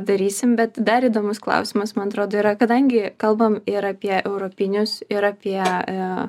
darysim bet dar įdomus klausimas man atrodo yra kadangi kalbam ir apie europinius ir apie